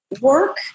work